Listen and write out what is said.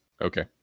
Okay